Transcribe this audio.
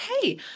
Hey